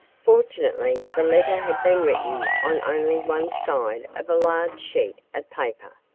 fortunately the letter had been written on only one side of a large sheet of paper,